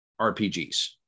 rpgs